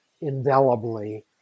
indelibly